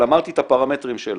אבל אמרתי את הפרמטרים שלה,